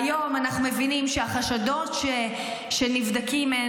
היום אנחנו מבינים שהחשדות שנבדקים הם